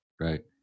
Right